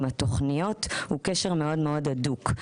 עם התוכניות הוא קשר מאוד הדוק.